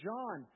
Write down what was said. John